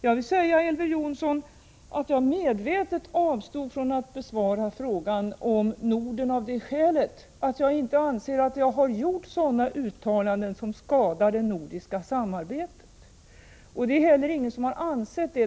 Jag vill säga, Elver Jonsson, att jag medvetet avstod från att besvara frågan om Norge av det skälet att jag inte anser att jag har gjort något uttalande som skadar det nordiska samarbetet. Det är heller ingen som har ansett det.